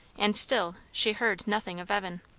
and still she heard nothing of evan.